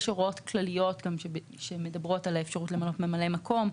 יש הוראות כלליות שמדברות על האפשרות למנות ממלא מקום.